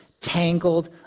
tangled